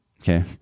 Okay